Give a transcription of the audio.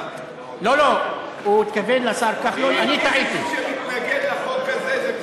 לגלעד אין בעיה לריב עם